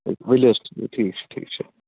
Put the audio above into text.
ؤلِو حظ ٹھیٖک چھُ ٹھیٖک چھُ